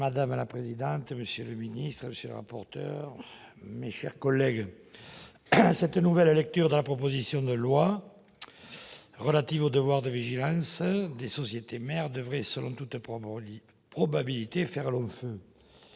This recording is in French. Madame la présidente, monsieur le secrétaire d'État, mes chers collègues, cette nouvelle lecture de la proposition de loi relative au devoir de vigilance des sociétés mères devrait, selon toute probabilité, faire long feu,